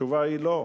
התשובה היא לא.